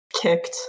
kicked